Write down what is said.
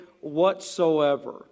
whatsoever